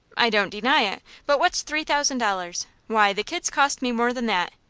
i don't deny it but what's three thousand dollars? why, the kid's cost me more than that.